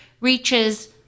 reaches